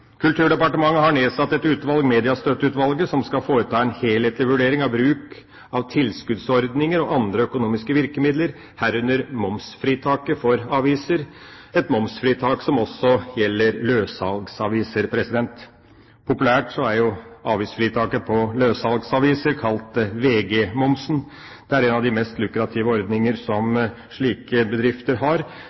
har Kulturdepartementet nedsatt et utvalg, Mediestøtteutvalget, som skal foreta en helhetlig vurdering av bruk av tilskuddsordninger og andre økonomiske virkemidler, herunder momsfritaket for aviser, et momsfritak som også gjelder løssalgsaviser. Populært er avgiftsfritaket for løssalgsaviser kalt VG-momsen. Det er en av de mest lukrative ordninger som slike bedrifter har,